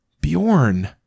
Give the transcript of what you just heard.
Bjorn